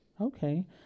okay